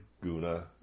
guna